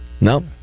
No